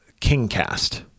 KingCast